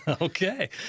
Okay